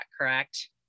correct